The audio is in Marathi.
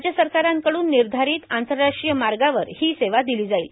राज्य सरकारांकडून निर्धारीत आंतरराष्ट्रीय मार्गावर ही सेवा दिली जाईल